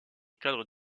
cadre